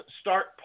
start